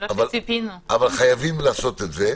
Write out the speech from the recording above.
אבל חייבים לעשות את זה.